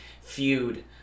feud